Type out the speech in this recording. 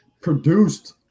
produced